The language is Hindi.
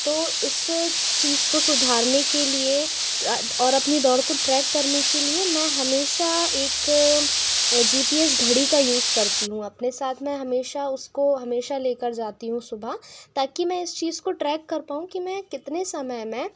तो इस चीज़ को सुधारने लिए और अपनी दौड़ को ट्रैक करने के लिए मैं हमेशा एक जी पी एस घड़ी का यूज़ करती हूँ अपने साथ मैं हमेशा उसको हमेशा लेकर जाती हूँ सुबह ताकि मैं इस चीज़ को ट्रैक कर पाऊँ कि मैं कितने समय में